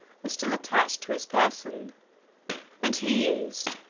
were still attached to his person and he used,